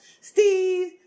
Steve